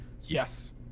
yes